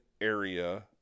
area